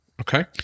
Okay